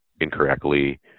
incorrectly